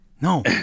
No